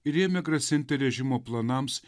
ir ėmė grasinti režimo planams